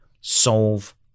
solve